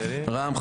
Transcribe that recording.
רע"מ,